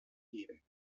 geben